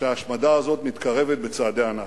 שההשמדה הזאת מתקרבת בצעדי ענק.